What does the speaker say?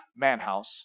manhouse